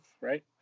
right